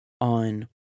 on